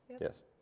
Yes